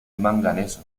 manganeso